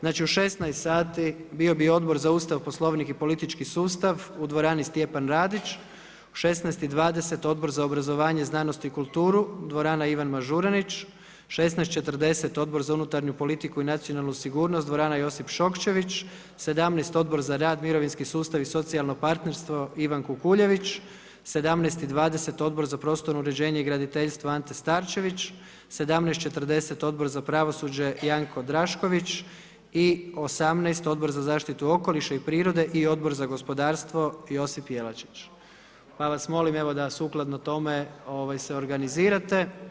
Znači u 16,00 sati bio bi Odbor za Ustav, Poslovnik i politički sustav u dvorani Stjepan Radić, u 16,20 Odbor za obrazovanje, znanost i kulturu dvorana Ivan Mažuranić, 16,40 Odbor za unutarnju politiku i nacionalnu sigurnost dvorana Josip Šokčević, 17,00 Odbor za rad, mirovinski sustav i socijalno partnerstvo Ivan Kukuljević, 17,20 Odbor za prostorno uređenje i graditeljstvo Ante Starčević, 17,40 Odbor za pravosuđe Janko Drašković i 18,00 Odbor za zaštitu okoliša i prirode i Odbor za gospodarstvo Josip Jelačić pa vas molim da sukladno tome se organizirate.